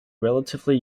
relatively